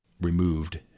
removed